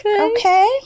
okay